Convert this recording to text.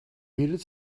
bildet